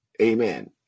Amen